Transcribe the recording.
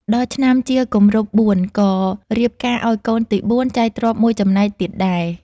ដល់ឆ្នាំជាគម្រប់ ៤ ក៏រៀបការឱ្យកូនទី ៤ ចែកទ្រព្យ ១ ចំណែកទៀតដែរ ។